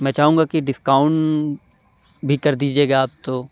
میں چاہوں گا کہ ڈسکاؤنٹ بھی کر دیجیے گا آپ تو